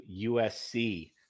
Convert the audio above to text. USC